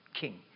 king